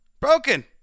Broken